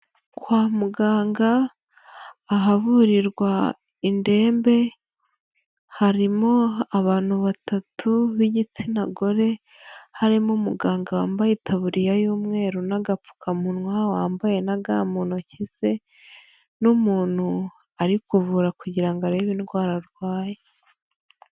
Kwa muganga ahavurirwa indembe harimo abantu batatu b'igitsina gore, harimo umuganga wambaye itaburiya y'umweru n'agapfukamunwa, wambaye na ga mu ntoki ze n'umuntu ari kuvura kugira ngo arebe indwara arwaye.